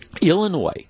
Illinois